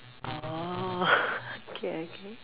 orh okay okay